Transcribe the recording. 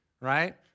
right